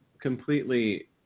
completely